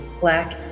black